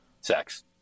Sex